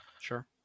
Sure